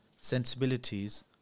sensibilities